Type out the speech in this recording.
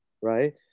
right